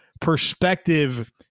perspective